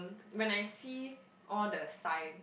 when I see all the sign